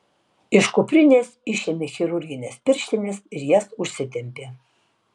iš kuprinės išėmė chirurgines pirštines ir jas užsitempė